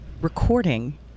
recording